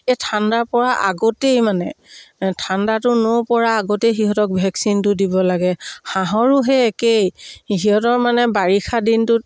এই ঠাণ্ডাৰ পৰা আগতেই মানে ঠাণ্ডাটো নপৰা আগতেই সিহঁতক ভেকচিনটো দিব লাগে হাঁহৰো সেই একেই সিহঁতৰ মানে বাৰিষা দিনটোত